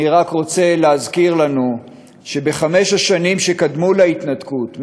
אני רק רוצה להזכיר לנו שבחמש השנים שקדמו להתנתקות,